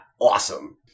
awesome